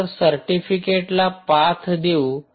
तर सर्टिफिकेटला पाथ देवू